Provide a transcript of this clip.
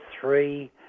three